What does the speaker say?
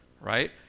right